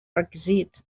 requisits